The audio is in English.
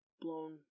blown